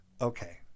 okay